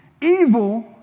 evil